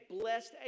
blessed